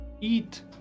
Eat